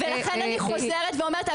ולכן אני חוזרת ואומרת,